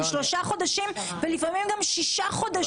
שלושה חודשים ולפעמים גם שישה חודשים,